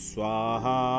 Swaha